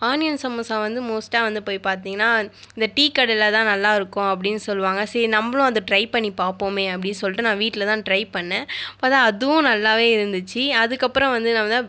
onion samosa வந்து மோஸ்ட்டாக வந்து போய் பார்த்திங்கன்னா இந்த டீ கடையில் தான் நல்லா இருக்கும் அப்படின்னு சொல்வாங்க சரி நம்பளும் அதை ட்ரை பண்ணி பார்ப்போமே அப்படின்னு சொல்லிட்டு நான் வீட்டிலே தான் ட்ரை பண்ணி பார்த்தா அதுவும் நல்லாவே இருந்துச்சு அதுக்கப்புறம் வந்து